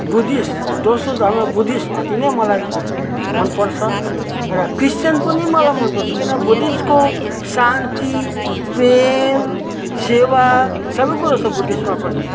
Buddhist दोस्रो धर्म Buddhist अति नै मलाई मनपर्छ र क्रिश्चियन पनि मलाई मन पर्छ किन बुद्धिस्टको शान्ति प्रेम सेवा सबै कुरा छ बुद्धिस्टमा पनि